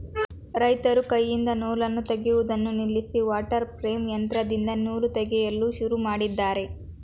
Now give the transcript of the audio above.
ರೈತರು ಕೈಯಿಂದ ನೂಲನ್ನು ತೆಗೆಯುವುದನ್ನು ನಿಲ್ಲಿಸಿ ವಾಟರ್ ಪ್ರೇಮ್ ಯಂತ್ರದಿಂದ ನೂಲು ತೆಗೆಯಲು ಶುರು ಮಾಡಿದ್ದಾರೆ